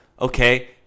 okay